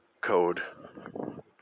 code